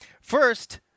first